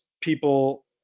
people